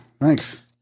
Thanks